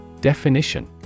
Definition